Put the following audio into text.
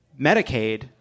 Medicaid